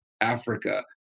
Africa